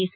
S